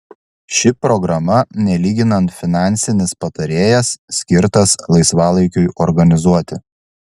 ši programa nelyginant finansinis patarėjas skirtas laisvalaikiui organizuoti